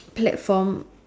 platform